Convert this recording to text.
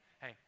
Hey